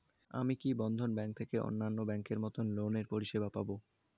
আমি কি বন্ধন ব্যাংক থেকে অন্যান্য ব্যাংক এর মতন লোনের পরিসেবা পাব?